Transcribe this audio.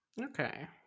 Okay